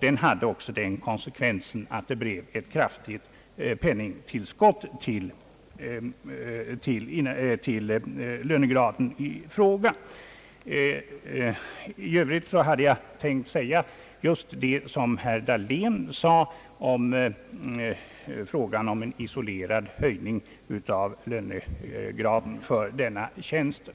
Det hade också den konsekvensen, att det blev ett kraftigt penningtillskott till lönegraden i fråga. I övrigt hade jag tänkt säga just det som herr Dahlén sade om en isolerad höjning av lönegraden för denna tjänst.